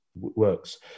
works